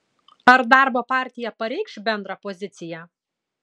ar darbo partija pareikš bendrą poziciją